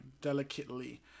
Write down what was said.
Delicately